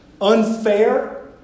unfair